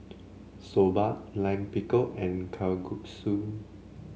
Soba Lime Pickle and Kalguksu